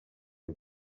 nos